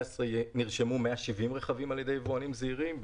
נרשמו 170 רכבים על ידי יבואנים זעירים,